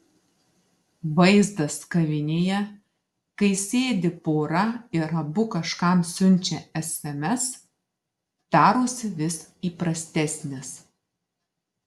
vaizdas kavinėje kai sėdi pora ir abu kažkam siunčia sms darosi vis įprastesnis